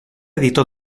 editó